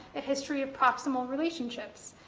a history of proximal relationships,